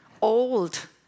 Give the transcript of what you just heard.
old